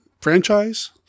franchise